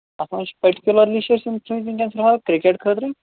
اَتھ مَنٛز چھِ پٔٹِکیٛوٗلَرلی چھِ اَسہِ یِم تھٲومٕتۍ وُنکیٚن فِلحال کِرکیٚٹ خٲطرٕ